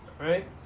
Right